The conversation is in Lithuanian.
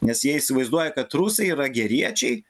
nes jie įsivaizduoja kad rusai yra geriečiai